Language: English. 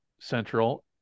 central